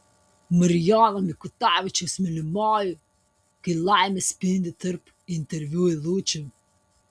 marijono mikutavičiaus mylimoji kai laimė spindi tarp interviu eilučių